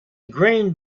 grand